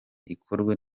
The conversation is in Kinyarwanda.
ikorwe